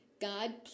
God